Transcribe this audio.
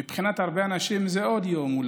מבחינת הרבה אנשים אולי זה עוד יום.